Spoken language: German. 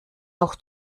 noch